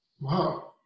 Wow